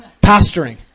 pastoring